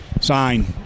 sign